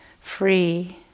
free